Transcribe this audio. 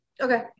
okay